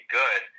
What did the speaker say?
good